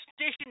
Station